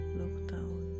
lockdown